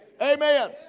Amen